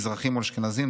מזרחים מול אשכנזים,